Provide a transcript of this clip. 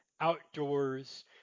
outdoors